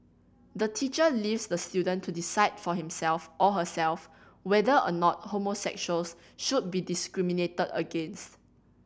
the teacher leaves the student to decide for himself or herself whether or not homosexuals should be discriminated against